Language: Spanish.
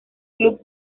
club